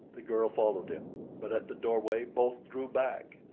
the girl followed him but at the doorway both drew back,